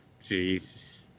Jesus